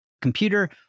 computer